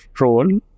role